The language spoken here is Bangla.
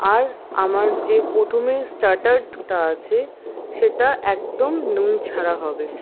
আর আমার যে প্রথমে স্টাটারটা আছে সেটা একদম নুন ছাড়া হবে